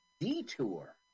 detour